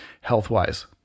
health-wise